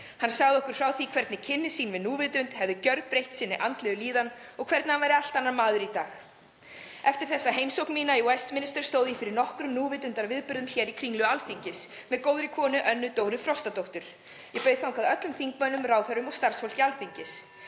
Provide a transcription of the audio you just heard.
Hann sagði okkur frá því hvernig kynnin af núvitund hefðu gjörbreytt andlegri líðan hans og hvernig hann væri orðinn allt annar maður. Eftir þessa heimsókn mína í Westminster stóð ég fyrir nokkrum núvitundarviðburðum í Kringlu Alþingis með góðri konu, Önnu Dóru Frostadóttur. Ég bauð þangað öllum þingmönnum, ráðherrum og starfsfólki Alþingis